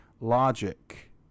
logic